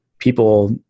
People